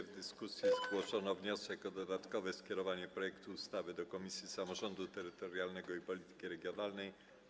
W dyskusji zgłoszono wniosek o dodatkowe skierowanie projektu ustawy do Komisji Samorządu Terytorialnego i Polityki Regionalnej.